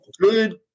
good